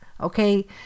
Okay